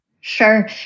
Sure